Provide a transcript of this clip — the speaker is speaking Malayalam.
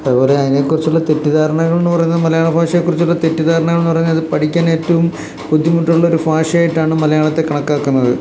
അതുപോലെ അതിനെക്കുറിച്ചുള്ള തെറ്റിദ്ധാരണകൾ എന്ന് പറയുന്നത് മലയാള ഭാഷയെ കുറിച്ചുള്ള തെറ്റിദ്ധാരണകൾ എന്ന് പറഞ്ഞാൽ അത് പഠിക്കാൻ ഏറ്റവും ബുദ്ധിമുട്ടുള്ള ഒരു ഭാഷയായിട്ടാണ് മലയാളത്തെ കണക്കാക്കുന്നത്